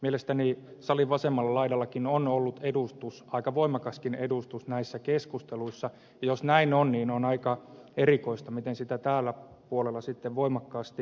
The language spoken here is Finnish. mielestäni salin vasemmalla laidallakin on ollut edustus aika voimakaskin edustus näissä keskusteluissa ja jos näin on niin on aika erikoista miten sitä tällä puolella sitten voimakkaasti vastustetaan